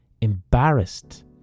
Embarrassed